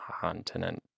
continent